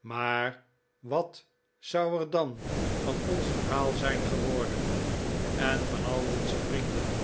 maar wat zou er dan van ons verhaal zijn geworden en van al onze vrienden